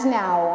now